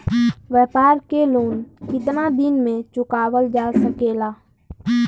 व्यापार के लोन कितना दिन मे चुकावल जा सकेला?